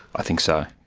i think so.